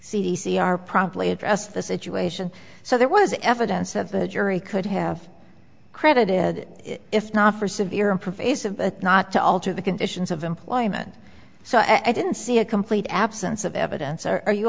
c are probably address the situation so there was evidence that the jury could have credited if not for severe and pervasive not to alter the conditions of employment so i didn't see a complete absence of evidence are you